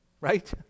right